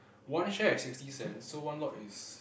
one share is sixty cents so one lot is